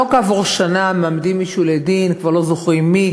ולא כעבור שנה מעמידים מישהו לדין וכבר לא זוכרים מי,